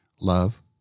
love